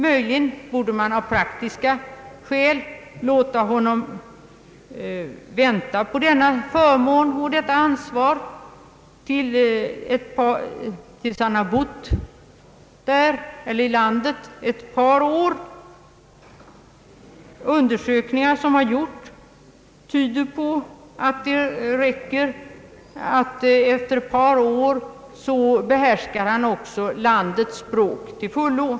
Möjligen borde man av praktiska skäl låta honom vänta på denna rättighet och detta ansvar tills han har bott i kommunen eller i landet ett par år. Undersökningar som har gjorts tyder på att efter ett par år behärskar nykomlingen också landets språk tillfredsställande.